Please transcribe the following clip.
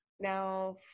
now